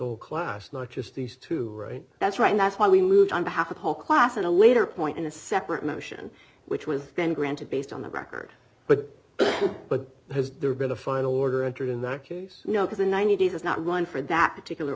whole class not just these two right that's right that's why we moved on behalf of the whole class in a later point in a separate motion which was then granted based on the record but but has there been a final order entered in that case because the ninety days is not one for that particular